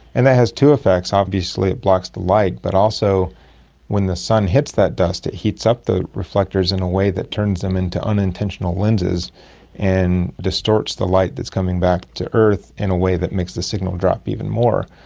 and that has two effects obviously it blocks the light, but also when the sun hits that dust it heats up the reflectors in a way that turns them into unintentional lenses and distorts the light that is coming back to earth in a way that makes the signal drop even more.